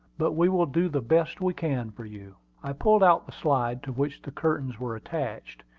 but we will do the best we can for you. i pulled out the slide to which the curtains were attached,